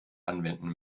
anwenden